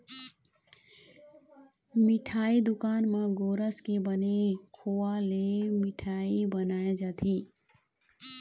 मिठई दुकान म गोरस के बने खोवा ले मिठई बनाए जाथे